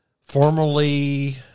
formerly